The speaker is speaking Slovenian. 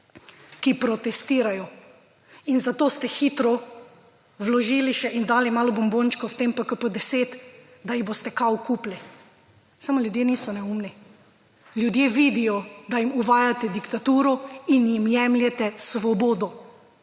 ki protestirajo. In zato ste hitro vložili še in dali malo bombončkov v tem PKP 10, da jih boste kao kupili. Samo ljudje niso neumni, ljudje vidijo, da jim uvajate diktaturo in jim jemljete svobodo.